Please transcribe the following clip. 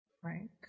Frank